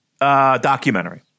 documentary